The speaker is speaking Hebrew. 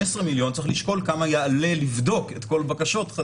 מיליון צריך לשקול כמה יעלה לבדוק את כל הבקשות.